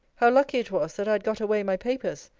how lucky it was, that i had got away my papers!